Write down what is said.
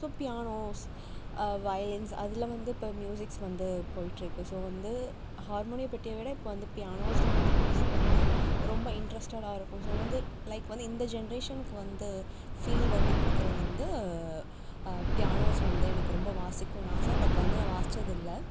so pianos violins அதில் வந்து இப்போ ம்யூசிக்ஸ் வந்து போயிட்டிருக்கு ஸோ வந்து ஹார்மோனிய பெட்டியை விட இப்போ வந்து பியானோஸில் வந்து ம்யூசிக் வந்து ரொம்ப இன்ட்ரஸ்டடா இருக்கும் ஸோ வந்து லைக் வந்து இந்த ஜென்ரேஷனுக்கு வந்து ஃபீல் வந்து கொடுக்குறது வந்து பியானோஸ் வந்து எனக்கு ரொம்ப வாசிக்கணுன்னு ஆசை பட் வந்து நான் வாசிச்சதில்லை